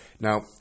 Now